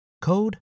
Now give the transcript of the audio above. code